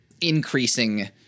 increasing